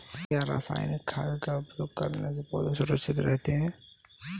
क्या रसायनिक खाद का उपयोग करने से पौधे सुरक्षित रहते हैं?